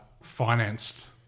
financed